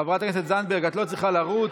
הכנסת זנדברג, את לא צריכה לרוץ.